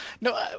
no